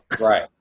Right